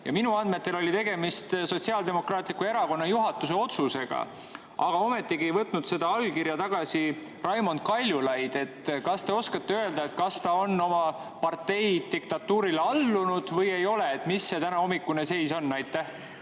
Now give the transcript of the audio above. Ja minu andmetel oli tegemist Sotsiaaldemokraatliku Erakonna juhatuse otsusega, aga ometigi ei võtnud seda allkirja tagasi Raimond Kaljulaid. Kas te oskate öelda, kas ta on oma partei diktatuurile allunud või ei ole? Mis see tänahommikune seis on? Aitäh!